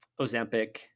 Ozempic